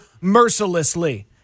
mercilessly